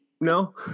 No